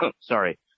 sorry